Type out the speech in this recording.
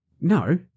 No